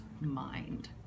mind